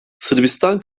sırbistan